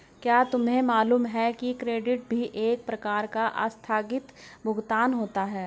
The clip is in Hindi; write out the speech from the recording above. क्या तुम्हें मालूम है कि क्रेडिट भी एक प्रकार का आस्थगित भुगतान होता है?